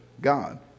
God